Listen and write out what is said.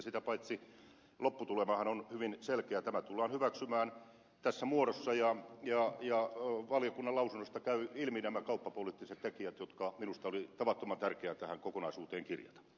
sitä paitsi lopputulemahan on hyvin selkeä tämä tullaan hyväksymään tässä muodossa ja valiokunnan lausunnosta käyvät ilmi nämä kauppapoliittiset tekijät jotka minusta oli tavattoman tärkeää tähän kokonaisuuteen kirjata